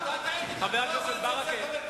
חבר הכנסת ברכה,